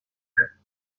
گرفت